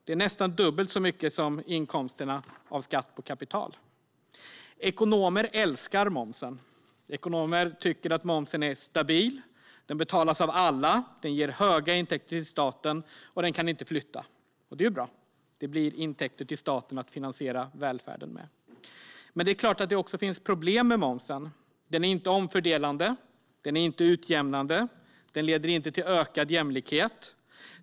Det är nästan dubbelt så mycket som inkomsterna av skatt på kapital. Ekonomer älskar momsen. De tycker att momsen är stabil, den betalas av alla, den ger stora intäkter till staten och den kan inte flyttas. Det är bra att det blir intäkter till staten att finansiera välfärden med. Men det är klart att det också finns problem med momsen. Den är inte omfördelande och inte utjämnande. Den leder inte till ökad jämlikhet.